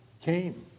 came